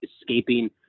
escaping